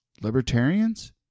Libertarians